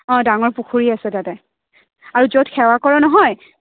অঁ ডাঙৰ পুখূৰী আছে তাতে আৰু য'ত সেৱা কৰে নহয়